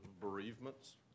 bereavements